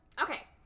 okay